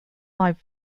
live